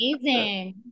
amazing